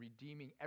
redeeming